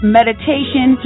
meditation